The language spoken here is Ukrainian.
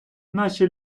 наші